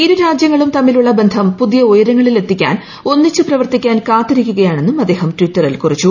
ഇരുരാജ്യങ്ങളും തമ്മിലുള്ള ബന്ധം പുതിയ ഉയരങ്ങളിലെത്തിക്കാൻ ഒന്നിച്ച് പ്രവർത്തിക്കാൻ കാത്തിരിക്കുകയാണെന്നും അദ്ദേഹം ട്വിറ്ററിൽ കുറിച്ചു